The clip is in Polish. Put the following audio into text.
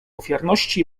ofiarności